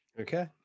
Okay